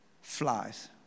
flies